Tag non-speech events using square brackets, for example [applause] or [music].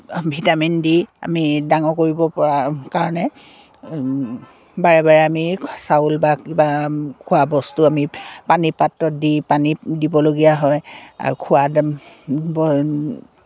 vitamin দি আমি ডাঙৰ কৰিব পৰা কাৰণে বাৰে বাৰে আমি চাউল বা কিবা খোৱা বস্তু আমি পানীৰ পাত্ৰত দি পানী দিবলগীয়া হয় আৰু খোৱা [unintelligible]